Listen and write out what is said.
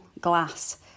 glass